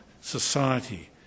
society